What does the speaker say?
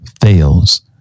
fails